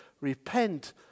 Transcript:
repent